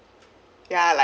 ya like